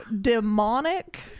demonic